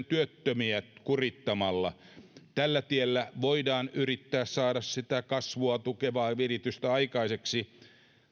työttömiä kurittamalla tällä tiellä voidaan yrittää saada sitä kasvua tukevaa viritystä aikaiseksi